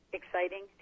exciting